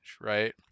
right